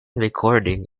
recording